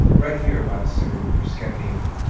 read here by the singer priska neely